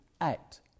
act